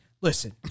listen